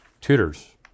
tutors